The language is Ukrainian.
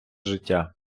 життя